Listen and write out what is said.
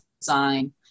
design